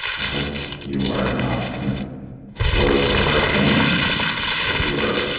i hope you are not in the throes of a hurricane hope you're